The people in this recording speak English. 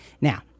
Now